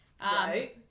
right